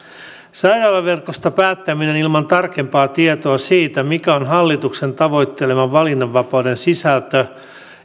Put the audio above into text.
sairaalaverkosta päättäminen ilman tarkempaa tietoa siitä mikä on hallituksen tavoittelema valinnanvapauden sisältö